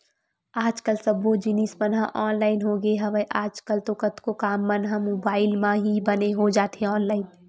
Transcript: आज कल सब्बो जिनिस मन ह ऑनलाइन होगे हवय, आज कल तो कतको काम मन ह मुबाइल म ही बने हो जाथे ऑनलाइन